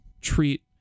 treat